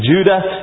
Judah